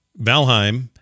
Valheim